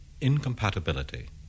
incompatibility